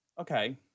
Okay